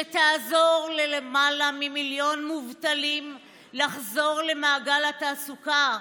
שתעזור ליותר ממיליון מובטלים לחזור למעגל התעסוקה,